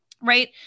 Right